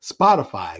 Spotify